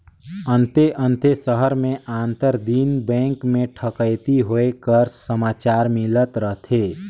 अन्ते अन्ते सहर में आंतर दिन बेंक में ठकइती होए कर समाचार मिलत रहथे